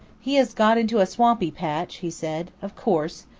he has got into a swampy patch, he said. of course.